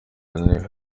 ane